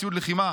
ציוד לחימה.